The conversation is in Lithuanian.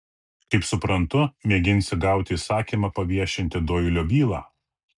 kaip suprantu mėginsi gauti įsakymą paviešinti doilio bylą